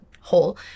whole